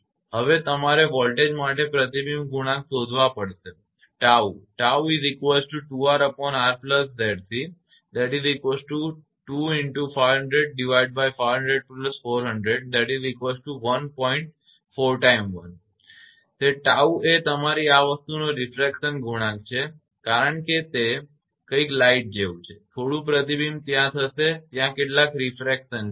હવે તમારે વોલ્ટેજ માટે પ્રતિબિંબ ગુણાંક શોધવા પડશે 𝜏 તે 𝜏 એ તમારી આ વસ્તુનો રીફ્રેક્શન ગુણાંક છે કારણ કે તે કંઈક લાઇટ જેવું છે થોડું પ્રતિબિંબ ત્યાં હશે ત્યાં કેટલાક રિફ્રેક્શન હશે